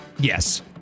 Yes